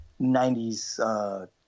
90s